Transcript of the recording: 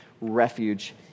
refuge